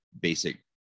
basic